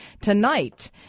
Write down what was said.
tonight